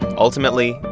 ultimately,